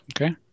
Okay